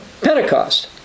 Pentecost